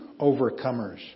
overcomers